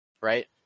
right